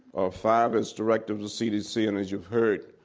ah five as director of the cdc, and as you've heard,